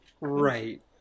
right